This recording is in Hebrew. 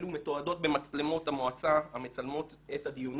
אלו מתועדות במצלמות המועצה המצלמות את הדיונים,